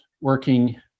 working